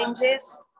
changes